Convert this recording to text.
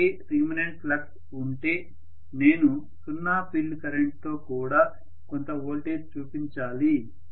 ఇప్పటికే remanent flux ఉంటే నేను సున్నా ఫీల్డ్ కరెంట్తో కూడా కొంత వోల్టేజ్ చూపించాలి